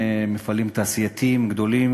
מפעלים תעשייתיים גדולים,